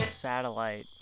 satellite